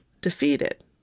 defeated